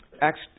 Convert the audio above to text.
Acts